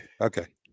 Okay